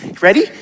Ready